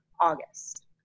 August